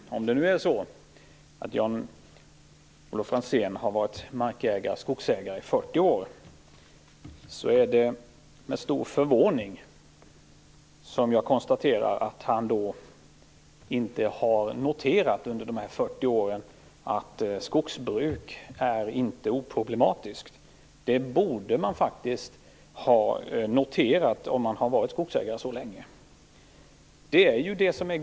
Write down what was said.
Herr talman! Om det nu är så att Jan-Olof Franzén har varit skogsägare i 40 år, är det med stor förvåning jag konstaterar att han under de 40 åren inte har noterat att skogsbruk inte är oproblematiskt. Det borde han faktiskt ha noterat efter att ha varit skogsägare så länge.